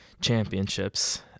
championships